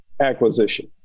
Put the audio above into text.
acquisition